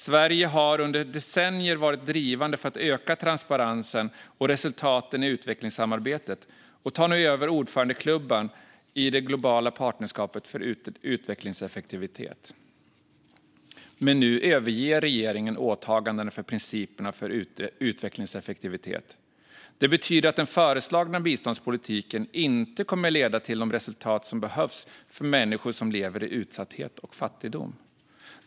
Sverige har under decennier varit drivande för att öka transparensen och resultaten i utvecklingssamarbetet och tar nu över ordförandeklubban i det globala partnerskapet för utvecklingseffektivitet. Men nu överger regeringen åtagandena för principerna för utvecklingseffektivitet. Det betyder att den föreslagna biståndspolitiken inte kommer att leda till de resultat som behövs för människor som lever i utsatthet och fattigdom.